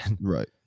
Right